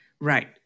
Right